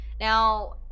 Now